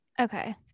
Okay